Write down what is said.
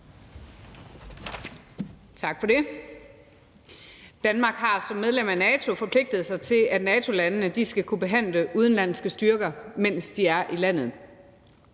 Tak for det.